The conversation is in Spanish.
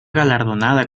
galardonada